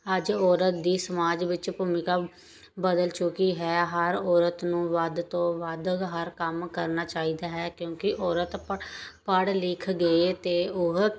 ਅੱਜ ਔਰਤ ਦੀ ਸਮਾਜ ਵਿੱਚ ਭੂਮਿਕਾ ਬਦਲ ਚੁੱਕੀ ਹੈ ਹਰ ਔਰਤ ਨੂੰ ਵੱਧ ਤੋਂ ਵੱਧ ਹਰ ਕੰਮ ਕਰਨਾ ਚਾਹੀਦਾ ਹੈ ਕਿਉਂਕਿ ਔਰਤ ਪੜ੍ਹ ਲਿਖ ਗਈ ਅਤੇ ਉਹ